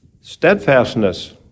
steadfastness